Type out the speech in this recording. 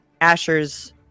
Asher's